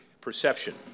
perception